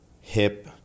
hip